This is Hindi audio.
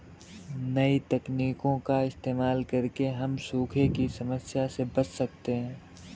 नई तकनीकों का इस्तेमाल करके हम सूखे की समस्या से बच सकते है